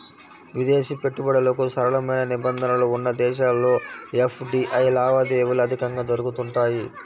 విదేశీ పెట్టుబడులకు సరళమైన నిబంధనలు ఉన్న దేశాల్లో ఎఫ్డీఐ లావాదేవీలు అధికంగా జరుగుతుంటాయి